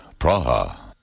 Praha